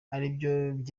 aribyo